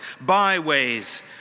byways